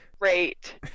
great